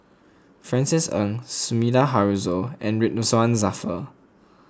Francis Ng Sumida Haruzo and Ridzwan Dzafir